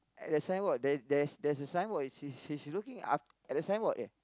at the signboard the there there's a signboard she she's looking up at the signboard there